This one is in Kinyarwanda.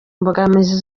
imbogamizi